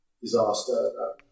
disaster